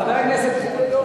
זה ללא גבול.